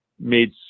made